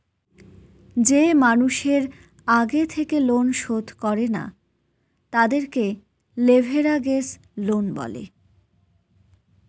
যে মানুষের আগে থেকে লোন শোধ করে না, তাদেরকে লেভেরাগেজ লোন বলে